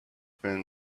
been